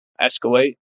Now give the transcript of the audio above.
escalate